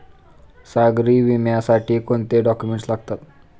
सागरी विम्यासाठी कोणते डॉक्युमेंट्स लागतात?